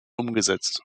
umgesetzt